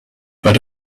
but